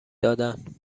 دادن